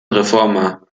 reformer